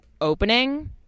opening